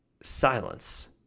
silence